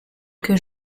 que